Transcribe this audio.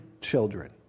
children